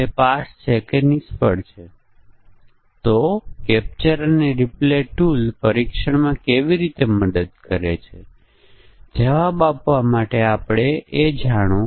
તેથી કૃપા કરીને આ માટે નિર્ણય કોષ્ટક બનાવો અને કૃપા કરીને પરીક્ષણના કેસો બનાવો